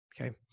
Okay